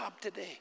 today